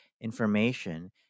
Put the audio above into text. information